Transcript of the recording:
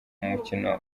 umukino